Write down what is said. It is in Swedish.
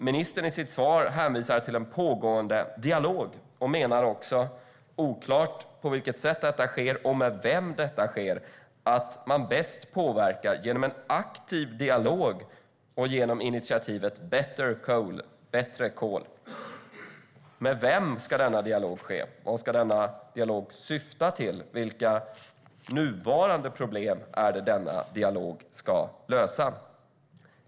Ministern hänvisar i sitt svar till en pågående dialog och menar också att man bäst påverkar genom en aktiv dialog - oklart på vilket sätt det sker och med vem det sker - och genom initiativet Bettercoal, alltså bättre kol. Med vem ska denna dialog ske? Vad ska denna dialog syfta till? Vilka nuvarande problem är det denna dialog ska lösa?